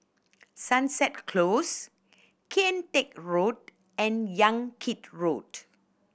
Sunset Close Kian Teck Road and Yan Kit Road